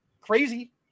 crazy